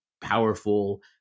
powerful